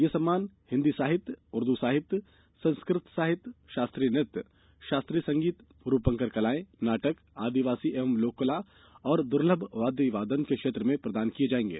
ये सम्मान हिन्दी साहित्य उर्दू साहित्य संस्कृत साहित्य शास्त्रीय नृत्य शास्त्रीय संगीत रूपंकर कलाएं नाटक आदिवासी एवं लोक कलाओं और दुर्लभ वाद्य वादन के क्षेत्र में प्रदान किये जाएंगे